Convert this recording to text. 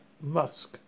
Musk